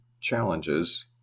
challenges